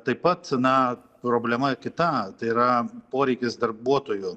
taip pat na problema kita tai yra poreikis darbuotojų